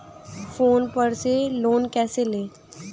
Phone पर से loan कैसे लें?